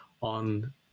on